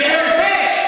בחורפיש,